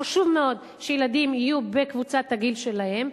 חשוב מאוד שילדים יהיו בקבוצת הגיל שלהם,